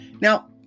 Now